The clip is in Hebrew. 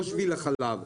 לא שביל החלב.